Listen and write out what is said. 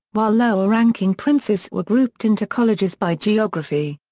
while lower-ranking princes were grouped into colleges by geography.